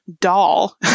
doll